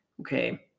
okay